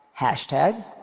hashtag